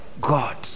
God